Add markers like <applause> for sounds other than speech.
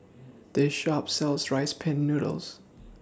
This Shop sells Rice Pin Noodles <noise>